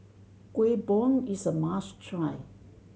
Kuih Bom is a must try